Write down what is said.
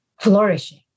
flourishing